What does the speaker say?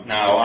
Now